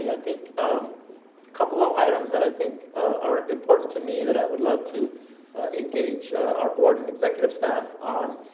yeah think a um couple of items that i think are important to me that i would love to engage our board and executive staff on